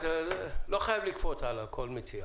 לא חייבים לקפוץ על כל מציאה.